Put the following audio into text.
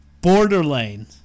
Borderline